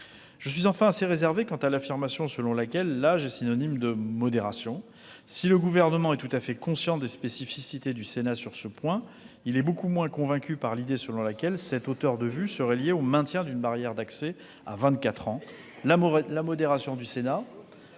Je suis enfin assez réservé quant à l'affirmation selon laquelle l'âge est synonyme de modération. Si le Gouvernement est tout à fait conscient des spécificités du Sénat sur ce point, il est beaucoup moins convaincu par l'idée selon laquelle cette hauteur de vue serait liée au maintien d'une barrière d'accès à vingt-quatre ans.